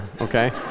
okay